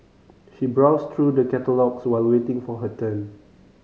she browsed through the catalogues while waiting for her turn